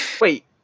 Wait